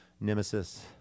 nemesis